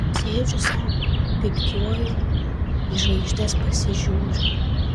sėdžiu sau pypkiuoju į žvaigždes pasižiūriu